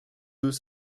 deux